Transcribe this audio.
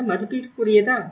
அது மதிப்புக்குரியதா